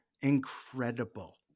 Incredible